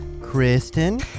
Kristen